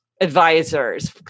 advisors